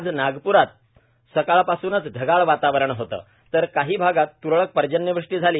आज नागपुरात सकाळपासुनचं ढगाळ वातावरण होतं तर काही भागात तुरळक पर्जन्यवृष्टी झाली